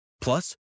Plus